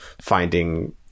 finding